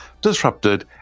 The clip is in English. disrupted